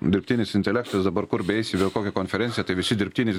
dirbtinis intelektas dabar kur beeisi kokią konferenciją tai visi dirbtinis